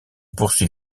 poursuit